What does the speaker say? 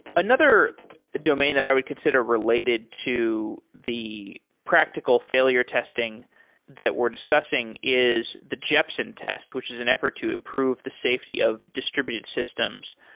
another domain that i would consider related to the practical failure testing that we're discussing is the jepsen test, which is an effort to improve the safety of distributed systems.